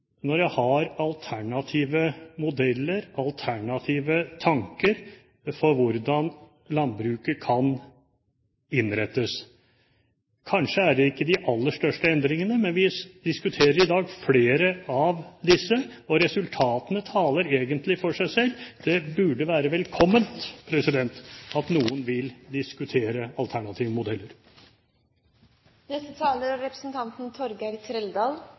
når jeg sier at jeg har alternative modeller, alternative tanker, for hvordan landbruket kan innrettes. Kanskje er det ikke de aller største endringene, men vi diskuterer i dag flere endringer, og resultatene taler egentlig for seg selv. Det burde være velkomment at noen vil diskutere alternative modeller.